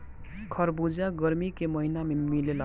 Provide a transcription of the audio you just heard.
खरबूजा गरमी के महिना में मिलेला